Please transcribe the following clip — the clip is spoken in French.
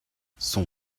son